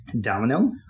Domino